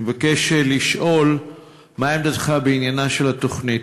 אני מבקש לשאול מה עמדתך בעניינה של התוכנית,